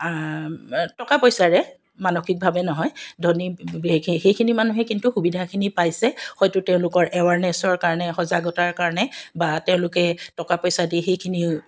টকা পইচাৰে মানসিকভাৱে নহয় ধনী বিশেষকৈ সেইখিনি মানুহ কিন্তু সুবিধাখিনি পাইছে হয়তো তেওঁলোকৰ এৱাৰনেছৰ কাৰণে সজাগতাৰ কাৰণে বা তেওঁলোকে টকা পইচা দি সেইখিনি